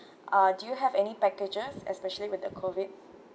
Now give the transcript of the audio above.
uh do you have any packages especially with the COVID